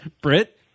brit